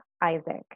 Isaac